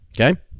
Okay